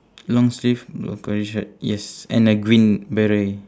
long sleeve grey shirt yes and a green beret